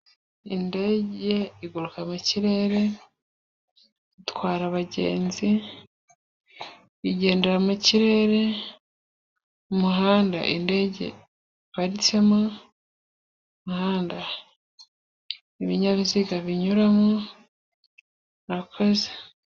Indege iguruka mu kirere, itwara abagenzi, igendera mu kirere, umuhanda indege iparitsemo, ni umuhanda ibinyabiziga binyuramo, murakoze.